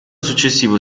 successivo